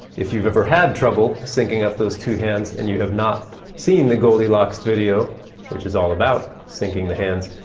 if you've ever had trouble syncing up those two hands, and you have not seen the goldilocks video which is all about syncing the hands,